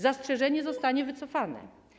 Zastrzeżenie zostanie wycofane.